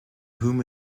whom